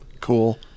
Cool